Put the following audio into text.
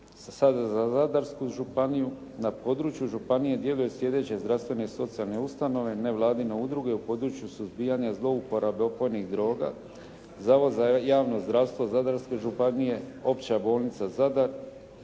6,6% Za Zadarsku županiju, na području županije djeluju slijedeće zdravstvene i socijalne ustanove, nevladine udruge u području suzbijanja zlouporabe opojnih droga, Zavod za javno zdravstvo Zadarske županije, Opća bolnica Zadar,